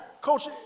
Coach